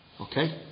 Okay